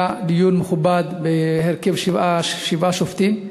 היה דיון מכובד בהרכב שבעה שופטים,